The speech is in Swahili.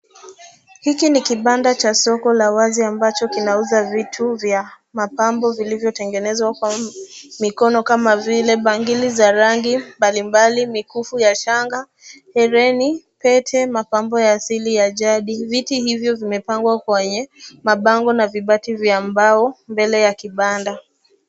Hiki ni kibanda cha soko la wazi ambacho kinauza vitu vya mapambo vilivyotengenezwa kwa mikono kama vile bangili za rangi mbalimbali, mikufu ya shanga, herini, pete mapambo ya asili ya jadi. Vitu hivyo vimepangwa kwenye mabango na vibati vya mbao mbele ya kibanda.